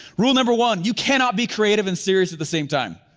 rule number one, you cannot be creative and serious at the same time.